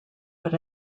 but